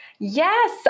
Yes